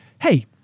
hey